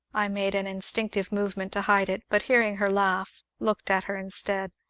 i made an instinctive movement to hide it, but, hearing her laugh, looked at her instead.